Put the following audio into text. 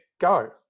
go